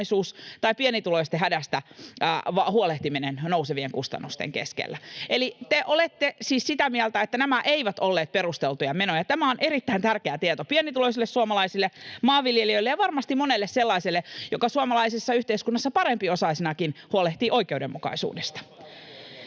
tai pienituloisten hädästä huolehtiminen nousevien kustannusten keskellä? [Ben Zyskowicz pyytää vastauspuheenvuoroa] Eli te olette siis sitä mieltä, että nämä eivät olleet perusteltuja menoja. Tämä on erittäin tärkeä tieto pienituloisille suomalaisille, maanviljelijöille ja varmasti monelle sellaiselle, joka suomalaisessa yhteiskunnassa parempiosaisenakin huolehtii oikeudenmukaisuudesta.